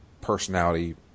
personality